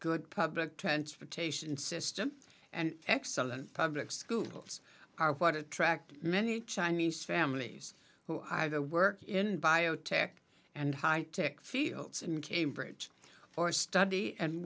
good public transportation system and excellent public schools are what attract many chinese families who have to work in biotech and high tech fields in cambridge for study and